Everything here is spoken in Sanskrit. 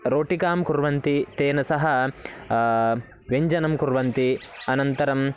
रोटिकां कुर्वन्ति तेन सह व्यञ्जनं कुर्वन्ति अनन्तरम्